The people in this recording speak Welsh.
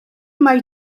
mai